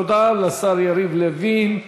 תודה לשר יריב לוין.